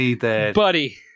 Buddy